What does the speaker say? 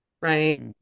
right